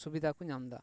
ᱥᱩᱵᱤᱫᱟ ᱠᱚ ᱧᱟᱢ ᱮᱫᱟ